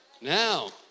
Now